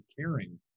caring